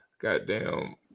Goddamn